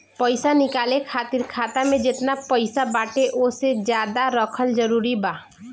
पईसा निकाले खातिर खाता मे जेतना पईसा बाटे ओसे ज्यादा रखल जरूरी बा?